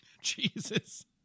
Jesus